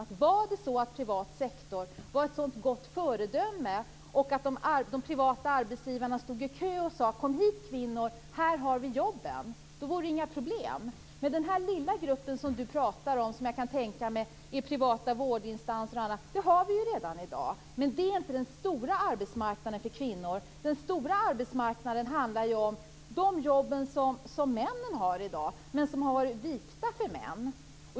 Om det ändå vore så att privat sektor var ett gott föredöme och att de privata arbetsgivarna stod i kö och sade: Kom hit kvinnor, här har vi jobben! Då vore det inga problem. Den lilla grupp som Kent Olsson talar om i privata vårdinstanser har vi redan i dag. Men det är inte den stora arbetsmarknaden för kvinnor. Den stora arbetsmarknaden handlar om de jobb som männen har i dag, som har varit vikta för män.